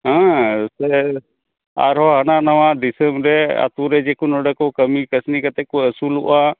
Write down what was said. ᱦᱮᱸ ᱱᱚᱛᱮ ᱟᱨᱦᱚᱸ ᱦᱟᱱᱟ ᱱᱟᱣᱟ ᱫᱤᱥᱟᱹᱢ ᱨᱮ ᱟᱹᱛᱩ ᱨᱮ ᱡᱮᱠᱚ ᱱᱚᱸᱰᱮ ᱠᱚ ᱠᱟᱹᱢᱤ ᱠᱟᱹᱥᱱᱤ ᱠᱟᱛᱮᱫ ᱠᱚ ᱟᱹᱥᱩᱞᱚᱜᱼᱟ